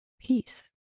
peace